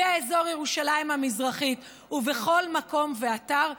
באזור ירושלים המזרחית ובכל מקום ואתר,